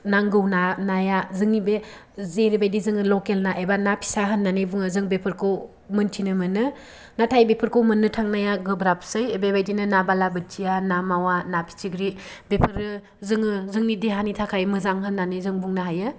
नांगौ ना नाया जोंनि बे जेरैबायदि जोङो लकेल एबा ना फिसा होननानै बुङो जों बेफोरखौ मोन्थिनो मोनो नाथाय बेफोरखौ मोननो थांनाया गोब्राबसै बेबायदिनो ना बालाबोथिया ना मावा ना फिथिख्रि बेफोरो जोङो जोंनि देहानि थाखाय मोजां होनानै जों बुंनो हायो